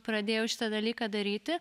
pradėjau šitą dalyką daryti